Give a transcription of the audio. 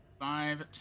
Five